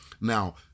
Now